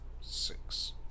Six